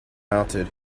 mounted